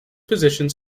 positions